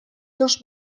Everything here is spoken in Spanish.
dos